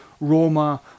Roma